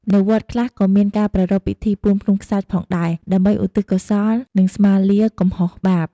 នៅវត្តខ្លះ ក៏មានការប្រារព្ធពិធីពូនភ្នំខ្សាច់ផងដែរ ដើម្បីឧទ្ទិសកុសល និងស្មាលាកំហុសបាប។